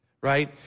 right